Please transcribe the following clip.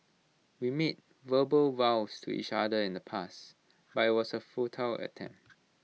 we made verbal vows to each other in the pasts but I was A futile attempt